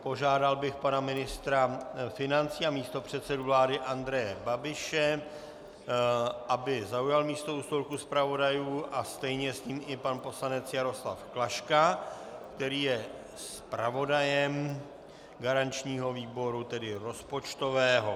Požádal bych pana ministra financí a místopředsedu vlády Andreje Babiše, aby zaujal místo u stolku zpravodajů, a stejně s ním i pan poslanec Jaroslav Klaška, který je zpravodajem garančního výboru, tedy rozpočtového.